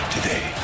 Today